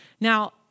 Now